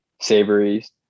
savories